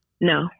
No